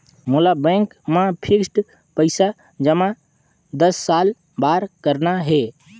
मोला बैंक मा फिक्स्ड पइसा जमा दस साल बार करना हे?